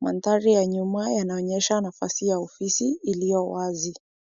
Mandhari ya nyuma yanaonyesha nafasi ya ofisi iliyo wazi.